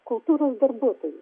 kultūros darbuotojus